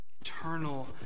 Eternal